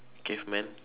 cavemen